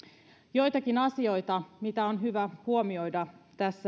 joitakin asioita mitä on hyvä huomioida